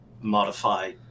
modify